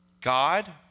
God